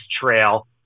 Trail